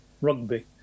rugby